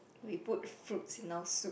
we put fruits in our soup